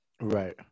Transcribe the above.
Right